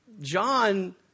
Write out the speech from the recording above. John